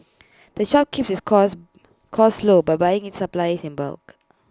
the shop keeps its costs costs low by buying its supplies in bulk